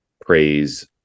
praise